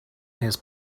his